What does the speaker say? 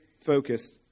focus